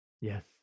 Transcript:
Yes